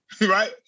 Right